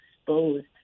exposed